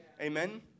Amen